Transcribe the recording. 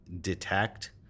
detect